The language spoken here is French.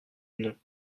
non